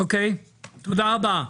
תודה רבה.